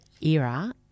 Era